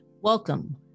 Welcome